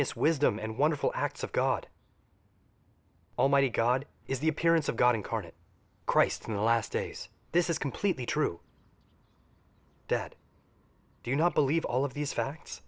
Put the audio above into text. ss wisdom and wonderful acts of god almighty god is the appearance of god incarnate christ in the last days this is completely true dead do you not believe all of these facts